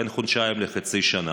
בין חודשיים לחצי שנה,